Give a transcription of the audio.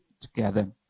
together